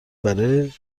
برای